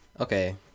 Okay